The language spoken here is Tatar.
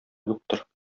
юктыр